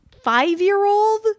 five-year-old